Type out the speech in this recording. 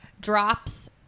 drops